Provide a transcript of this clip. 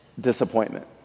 disappointment